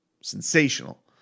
sensational